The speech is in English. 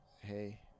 Hey